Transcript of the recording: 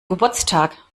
geburtstag